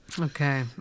okay